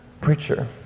preacher